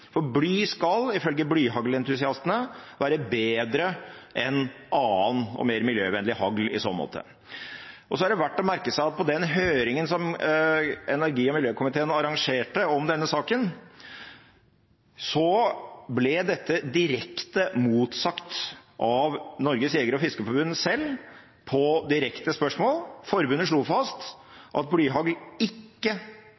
for bly skal, ifølge blyhaglentusiastene, være bedre enn annen og mer miljøvennlig hagl i så måte. Så er det verdt å merke seg at på den høringen som energi- og miljøkomiteen arrangerte om denne saken, ble dette direkte motsagt av Norges Jeger- og Fiskerforbund selv, på direkte spørsmål. Forbundet slo